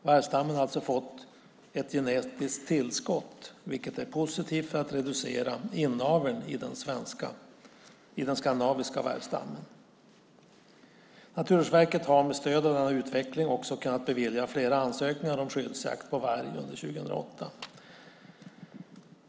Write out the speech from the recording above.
Vargstammen har alltså fått ett genetiskt tillskott, vilket är positivt för att reducera inaveln i den skandinaviska vargstammen. Naturvårdsverket har med stöd av denna utveckling också kunnat bevilja flera ansökningar om skyddsjakt på varg under 2008.